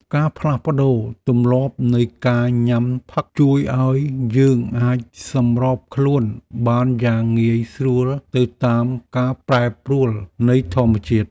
ការផ្លាស់ប្តូរទម្លាប់នៃការញ៉ាំផឹកជួយឱ្យយើងអាចសម្របខ្លួនបានយ៉ាងងាយស្រួលទៅតាមការប្រែប្រួលនៃធម្មជាតិ។